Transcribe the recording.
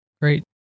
Great